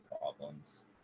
problems